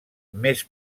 més